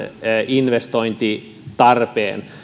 investointitarpeen